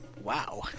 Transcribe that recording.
Wow